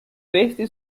resti